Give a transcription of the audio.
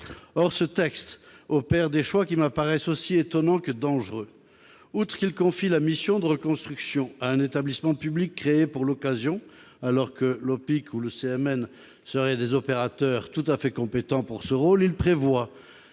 or ce texte opère des choix qui me paraissent aussi étonnant que dangereux outre il confie la mission de reconstruction un établissement public créé pour l'occasion, alors que le pic ou le CMN seraient des opérateurs tout à fait compétent pour ce rôle, il prévoit